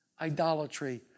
Idolatry